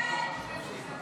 סעיף 8,